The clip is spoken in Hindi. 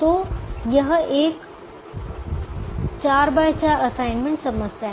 तो यह एक 4 x 4 असाइनमेंट समस्या है